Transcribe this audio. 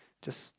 just